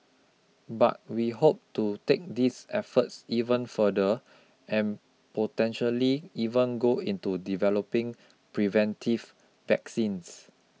but we hope to take these efforts even further and potentially even go into developing preventive vaccines